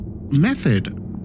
method